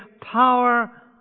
power